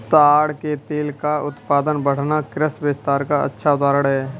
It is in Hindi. ताड़ के तेल का उत्पादन बढ़ना कृषि विस्तार का अच्छा उदाहरण है